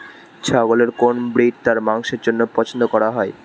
ছাগলের কোন ব্রিড তার মাংসের জন্য পছন্দ করা হয়?